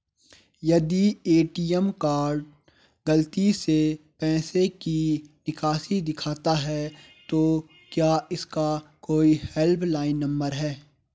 यदि ATM card गलती से पैसे की निकासी दिखाता है तो क्या इसका कोई हेल्प लाइन नम्बर है?